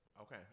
okay